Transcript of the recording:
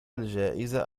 الجائزة